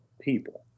people